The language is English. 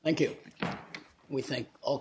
thank you we think all